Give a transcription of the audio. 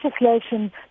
legislation